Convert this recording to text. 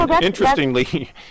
Interestingly